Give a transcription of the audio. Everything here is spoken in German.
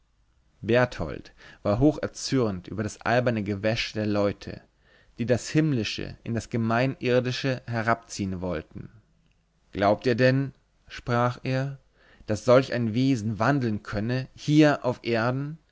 berthold war hoch erzürnt über das alberne gewäsch der leute die das himmlische in das gemeinirdische herabziehen wollten glaubt ihr denn sprach er daß solch ein wesen wandeln könne hier auf erden